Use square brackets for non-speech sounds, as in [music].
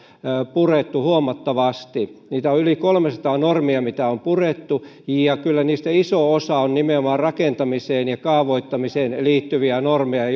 purettu huomattavasti niitä on yli kolmesataa normia mitkä on purettu ja kyllä niistä iso osa on nimenomaan rakentamiseen ja kaavoittamiseen liittyviä normeja [unintelligible]